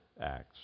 acts